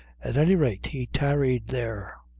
at any rate he tarried there.